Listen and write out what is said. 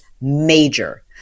major